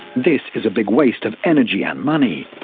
this is a big waste of energy and money.